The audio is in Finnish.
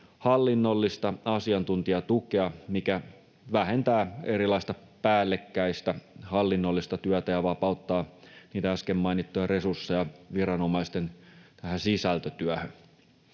hallinnollista asiantuntijatukea, mikä vähentää erilaista päällekkäistä hallinnollista työtä ja vapauttaa niitä äsken mainittuja resursseja viranomaisten sisältötyöhön.